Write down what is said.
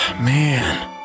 Man